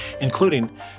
including